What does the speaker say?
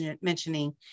mentioning